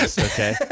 Okay